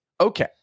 okay